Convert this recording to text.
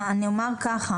אני אומר ככה,